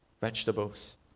vegetables